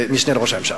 זה משנה לראש הממשלה.